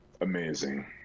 amazing